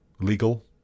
legal